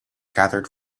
gathered